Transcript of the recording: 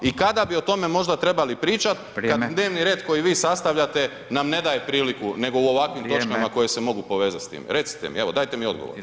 I kada bi o tome možda trebali pričat [[Upadica: Vrijeme]] kad dnevni red koji vi sastavljate nam ne daje priliku, nego u ovakvim [[Upadica: Vrijeme]] koje se mogu povezat s time, recite mi, evo dajte mi odgovor.